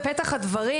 בפתח הדברים,